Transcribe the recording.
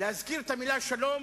להזכיר את המלה "שלום"